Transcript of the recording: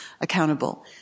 accountable